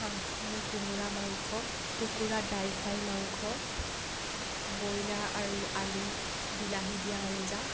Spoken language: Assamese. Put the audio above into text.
হাঁহ আৰু কোমোৰা মাংস কুকুৰা ড্ৰাই ফ্ৰাই মাংস ব্ৰইলাৰ আৰু আলু বিলাহী দিয়া আঞ্জা